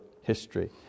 history